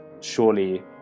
surely